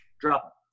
drop